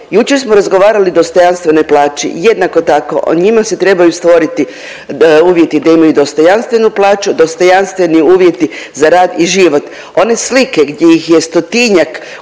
jučer smo razgovarali o dostojanstvenoj plaći jednako tako njima se trebaju stvoriti uvjeti da imaju dostojanstvenu plaću, dostojanstveni uvjeti za rad i život. One slike gdje ih je 100-tinjak